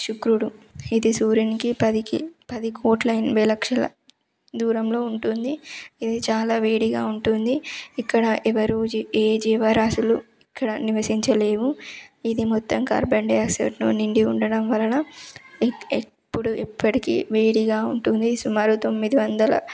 శుక్రుడు ఇది సూర్యునికి పదికి పది కోట్ల ఎనభై లక్షల దూరంలో ఉంటుంది ఇది చాలా వేడిగా ఉంటుంది ఇక్కడ ఎవరూ జీ ఏ జీవరాశులు ఇక్కడ నివసించలేవు ఇది మొత్తం కార్బన్డైఆక్సైడ్తో నిండి ఉండడం వలన ఎప్పుడూ ఎప్పటికీ వేడిగా ఉంటుంది సుమారు తొమ్మిది వందల